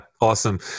awesome